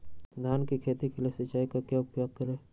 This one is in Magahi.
धान की खेती के लिए सिंचाई का क्या उपयोग करें?